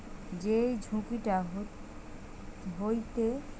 যেই ঝুঁকিটা হইতে কোনো সংস্থার লস হতিছে যেটো অপারেশনাল রিস্ক বলে